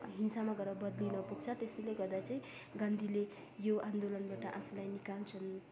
हिंसामा गएर बद्लिन पुग्छ त्यसैले गर्दा चाहिँ गान्धीले यो आन्दोलनबाट आफूलाई निकाल्छन्